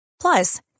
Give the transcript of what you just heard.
Plus